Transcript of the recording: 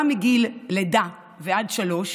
גם מגיל לידה ועד שלוש,